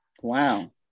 Wow